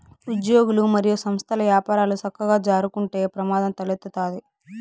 ఉజ్యోగులు, మరియు సంస్థల్ల యపారాలు సక్కగా జరక్కుంటే ప్రమాదం తలెత్తతాది